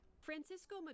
Francisco